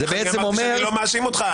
אמרתי שאני לא מאשים אותך.